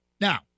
Now